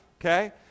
Okay